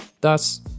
Thus